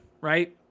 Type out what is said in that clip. right